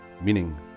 meaning